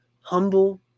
humble